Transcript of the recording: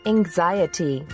Anxiety